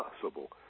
possible